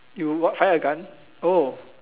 you got fire a gun oh